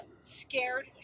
Scared